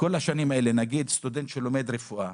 נגיד סטודנט שלומד רפואה,